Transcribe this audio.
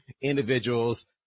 individuals